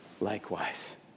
likewise